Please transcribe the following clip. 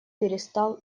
перестал